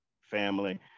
family